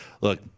Look